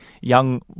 young